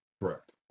Correct